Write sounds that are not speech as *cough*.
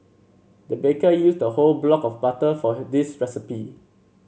the baker used a whole block of butter for *unintelligible* this recipe